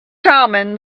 common